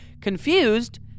Confused